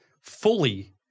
fully